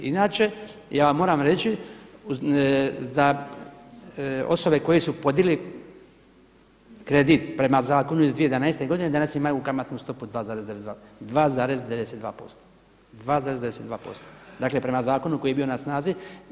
Inače ja vam moram reći da osobe koje su podigli kredit prema zakonu iz 2011. godine danas imaju kamatnu stopu 2,92%, 2,92%, dakle prema zakonu koji je bio na snazi.